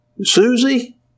Susie